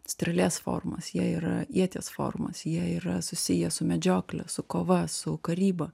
strėlės formos jie yra ieties formos jie yra susiję su medžiokle su kova su karyba